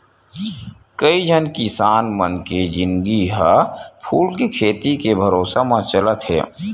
कइझन किसान मन के जिनगी ह फूल के खेती के भरोसा म चलत हे